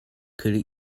could